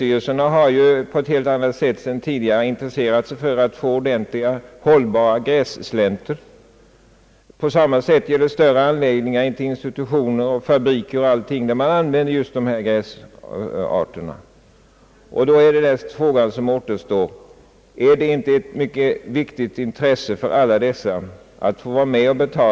Vägförvaltningarna har nu på ett helt annat sätt än tidigare börjat intressera sig för att få ordentliga, hållbara grässlänter. Av samma skäl använder institutioner, fabriker o.s.v. just dessa gräsarter. Är det då inte av stort intresse för dessa förbrukare att få fram ett bra frö?